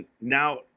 now